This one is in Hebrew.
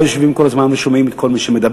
לא יושבים כל הזמן ושומעים את כל מי שמדבר.